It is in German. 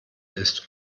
ist